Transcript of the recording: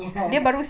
ya